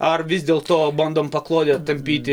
ar vis dėl to bandom paklodę tampyti